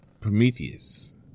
Prometheus